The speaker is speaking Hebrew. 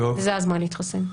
וזה הזמן להתחסן.